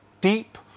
deep